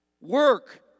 Work